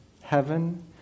heaven